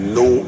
no